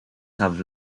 have